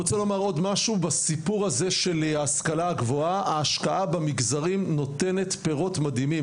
בסיפור הזה של ההשכלה הגבוהה ההשקעה במגזרים נותנת פירות מדהימים.